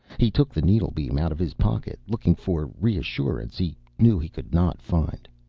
he took the needlebeam out of his pocket, looking for a reassurance he knew he could not find.